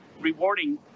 rewarding